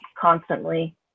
constantly